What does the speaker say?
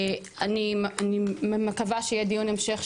אני מקווה שיהיה דיון המשך,